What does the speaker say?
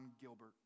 Gilbert